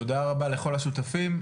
תודה רבה לכל השותפים.